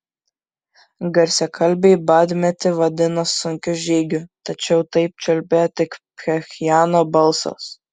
garsiakalbiai badmetį vadino sunkiu žygiu tačiau taip čiulbėjo tik pchenjano balsas